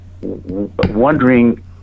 wondering